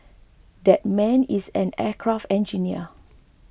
that man is an aircraft engineer